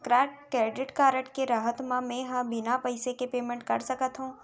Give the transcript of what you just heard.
का credit card के रहत म, मैं ह बिना पइसा के पेमेंट कर सकत हो?